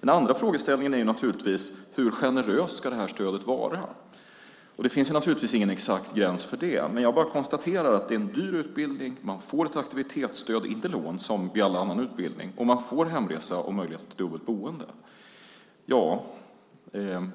Den andra frågeställningen är hur generöst stödet ska vara. Det finns ingen exakt gräns för det. Jag bara konstaterar att det är en dyr utbildning. Man får ett aktivitetsstöd och inte ett lån som vid all annan utbildning, och man får hemresa och möjlighet till dubbelt boende.